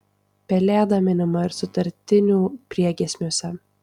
pelėda minima ir sutartinių priegiesmiuose